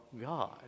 God